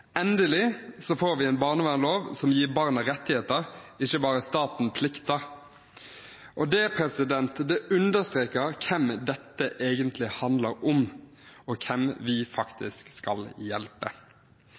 Endelig får vi en barnevernslov som gir barna rettigheter, ikke bare staten plikter. Det understreker hvem dette egentlig handler om, og hvem vi